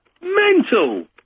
Mental